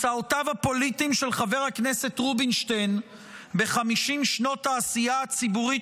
מסעותיו הפוליטיים של חבר הכנסת רובינשטיין ב-50 שנות העשייה הציבורית